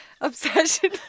obsession